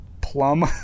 plum